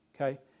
Okay